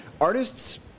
artists